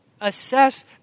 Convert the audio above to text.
assess